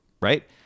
right